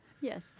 Yes